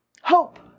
Hope